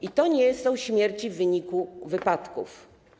I to nie są śmierci w wyniku wypadków.